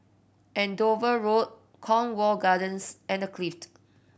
Andover Road Cornwall Gardens and The Clift